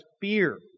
fear